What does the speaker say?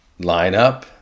lineup